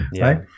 right